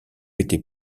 était